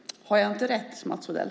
Har jag inte rätt, Mats Odell?